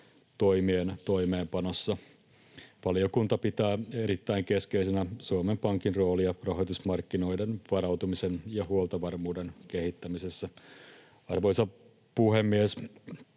toimien toimeenpanossa. Valiokunta pitää erittäin keskeisenä Suomen Pankin roolia rahoitusmarkkinoiden varautumisen ja huoltovarmuuden kehittämisessä. Arvoisa puhemies!